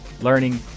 learning